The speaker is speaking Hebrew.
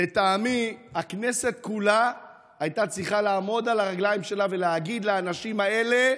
לטעמי הכנסת כולה הייתה צריכה לעמוד על הרגליים שלה ולהגיד לאנשים האלה: